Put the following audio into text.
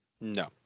No